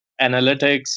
analytics